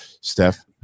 Steph